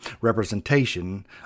representation